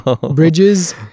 bridges